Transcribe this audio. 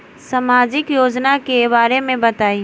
सामाजिक योजना के बारे में बताईं?